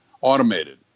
automated